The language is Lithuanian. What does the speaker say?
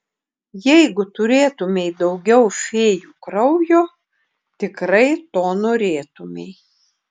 jeigu turėtumei daugiau fėjų kraujo tikrai to norėtumei